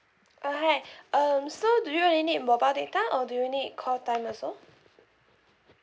uh hi um so do you only need mobile data or do you need call time also